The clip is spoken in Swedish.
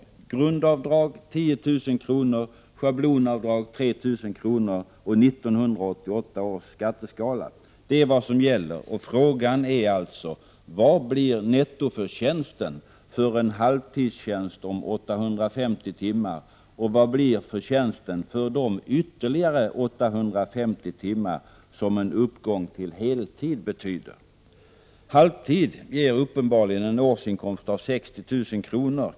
Grundavdrag 10 000 kr., schablonavdrag 3 000 kr. och 1988 års skatteskala är vad som gäller. Frågan är alltså: Vad blir nettoförtjänsten för en halvtidstjänst om 850 timmar och vad blir förtjänsten för de ytterligare 850 timmar som en övergång till heltid betyder? Halvtid ger uppenbarligen en årsinkomst av 60 000 kr.